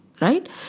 right